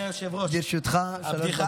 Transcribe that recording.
לרשותך שלוש דקות.